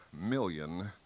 million